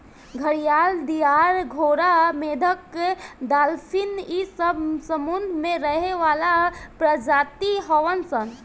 घड़ियाल, दरियाई घोड़ा, मेंढक डालफिन इ सब समुंद्र में रहे वाला प्रजाति हवन सन